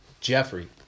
Jeffrey